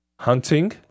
Hunting